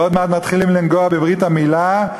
ועוד מעט מתחילים לנגוע בברית המילה,